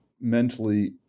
mentally